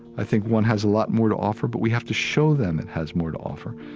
i think one has a lot more to offer, but we have to show them it has more to offer,